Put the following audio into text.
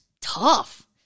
tough